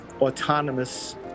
autonomous